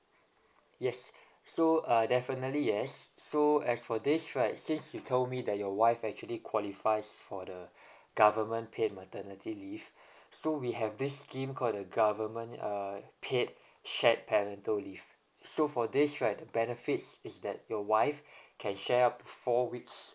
yes so uh definitely yes so as for this right since you told me that your wife actually qualifies for the government paid maternity leave so we have this scheme called the government uh paid shared parental leave so for this right the benefits is that your wife can share up four weeks